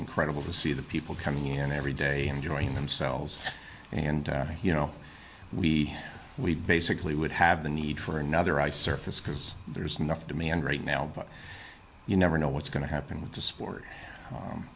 incredible to see the people coming in every day enjoying themselves and you know we we basically would have the need for another ice surface because there's enough demand right now but you never know what's going to happen to sport